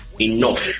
enough